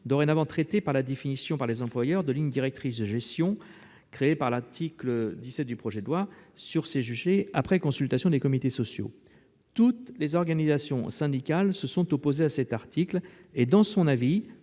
désormais traitées la définition, par les employeurs, des lignes directrices de gestion créées par l'article 17 du projet de loi, après consultation des comités sociaux. Toutes les organisations syndicales se sont opposées à cet article et, dans son avis,